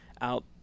out